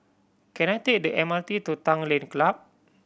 can I take the M R T to Tanglin Club